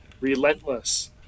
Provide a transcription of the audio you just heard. relentless